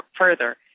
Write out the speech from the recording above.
further